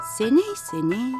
seniai seniai